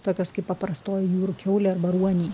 tokios kaip paprastoji jūrų kiaulė arba ruoniai